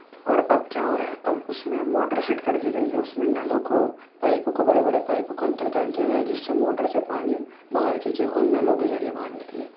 اور اب کیا ہو رہا ہے اب اس میں موٹر فٹ کر دی گئی ہے اس میں نلوں کو پائپوں کو بڑے بڑے پائپوں کو اندر ڈال دیا گیا ہے جس سے موٹر سے پانی باہر کھینچے اور نلوں کے ذریعے باہر نکلے